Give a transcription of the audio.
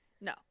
No